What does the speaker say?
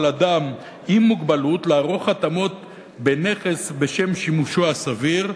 אדם עם מוגבלות לערוך התאמות בנכס בשם שימושו הסביר,